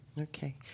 Okay